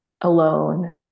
alone